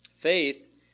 Faith